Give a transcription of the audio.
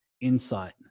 insight